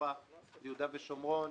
בעיה שקשורה ליהודה ושומרון,